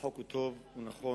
החוק הוא טוב, הוא נכון,